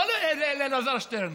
לא לאלעזר שטרן,